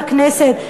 לכנסת,